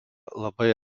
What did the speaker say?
labai